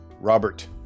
Robert